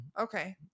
Okay